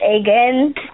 again